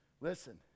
Listen